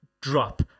Drop